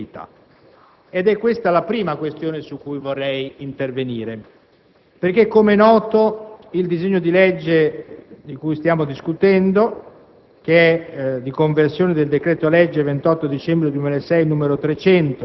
ricevuto il giudizio preventivo di proponibilità; è questa una prima questione su cui vorrei intervenire. Come è noto, il disegno di legge di cui stiamo discutendo,